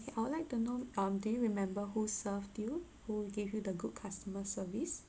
I would like to know um do you remember who served you who gave you the good customer service